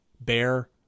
bear